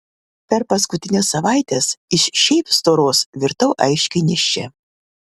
per paskutines savaites iš šiaip storos virtau aiškiai nėščia